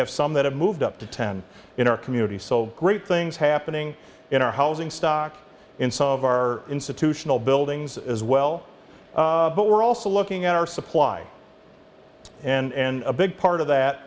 have some that have moved up to ten in our community so great things happening in our housing stock in some of our institutional buildings as well but we're also looking at our supply and a big part of that